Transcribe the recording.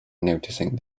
noticing